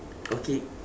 okay